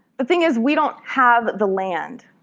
the thing is, we don't have the land.